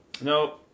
No